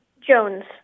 Jones